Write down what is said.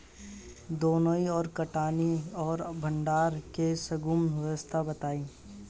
दौनी और कटनी और भंडारण के सुगम व्यवस्था बताई?